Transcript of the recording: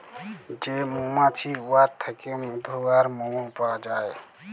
যে মমাছি উয়ার থ্যাইকে মধু আর মমও পাউয়া যায়